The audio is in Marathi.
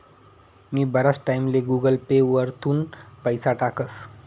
मी बराच टाईमले गुगल पे वरथून पैसा टाकस